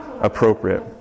appropriate